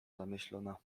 zamyślona